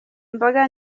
imboga